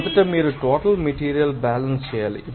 మొదట మీరు total material balance చేయాలి